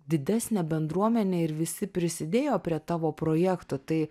didesnę bendruomenę ir visi prisidėjo prie tavo projekto tai